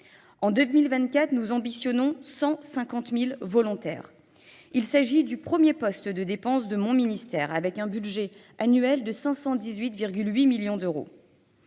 En 2024, nous ambitionnons 150 000 volontaires. Il s'agit du premier poste de dépenses de mon ministère, avec un budget annuel de 518,8 millions d'euros.